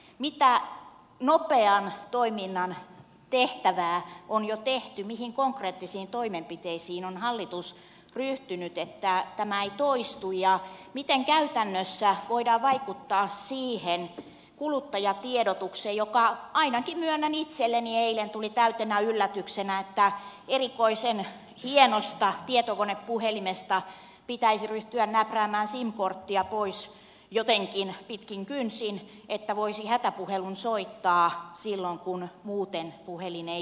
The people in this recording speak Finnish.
mitä nopean toiminnan tehtävää on jo tehty mihin konkreettisiin toimenpiteisiin on hallitus ryhtynyt että tämä ei toistu ja miten käytännössä voidaan vaikuttaa siihen kuluttajatiedotukseen tilanne ainakin myönnän itselleni eilen tuli täytenä yllätyksenä kun erikoisen hienosta tietokonepuhelimesta pitäisi ryhtyä näpräämään sim korttia pois jotenkin pitkin kynsin että voisi hätäpuhelun soittaa silloin kun muuten puhelin ei toimi